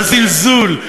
הזלזול,